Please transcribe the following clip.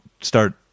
start